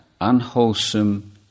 Unwholesome